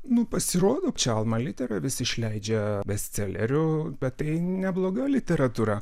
nu pasirodo čia alma litera vis išleidžia bestselerių bet tai nebloga literatūra